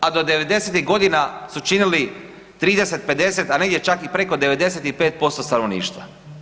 A do 90-ih godina su činili 30, 50 a negdje čak i preko 95% stanovništva.